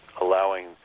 allowing